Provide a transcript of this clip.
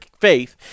faith